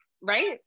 Right